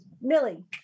Millie